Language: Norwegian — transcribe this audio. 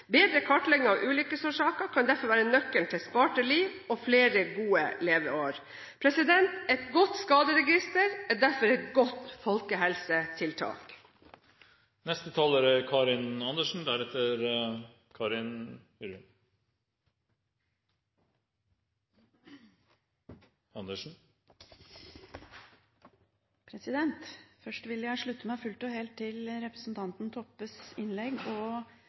Bedre kartlegging av ulykkesårsaker kan derfor være nøkkelen til sparte liv og flere gode leveår. Et godt skaderegister er derfor et godt folkehelsetiltak. Først vil jeg slutte meg fullt og helt til representanten Toppes innlegg og